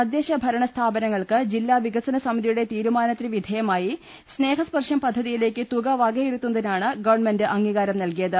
തദ്ദേശഭരണ സ്ഥാപനങ്ങൾക്ക് ജില്ലാ വികസന സമിതിയുടെ തീരു മാനത്തിന് വിധേയമായി സ്നേഹ സ്പർശം പദ്ധതിയിലേക്ക് തുക വകയിരുത്തുന്നതിനാണ് ഗവൺമെന്റ് അംഗീകാരം നൽകിയത്